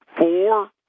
four